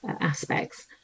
aspects